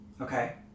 Okay